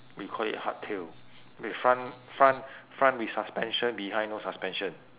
we call it hardtail with front front front with suspension behind no suspension